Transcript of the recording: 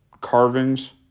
carvings